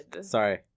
Sorry